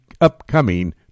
upcoming